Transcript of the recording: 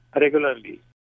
regularly